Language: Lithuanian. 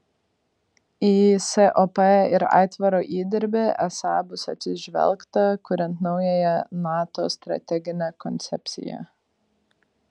į sop ir aitvaro įdirbį esą bus atsižvelgta kuriant naująją nato strateginę koncepciją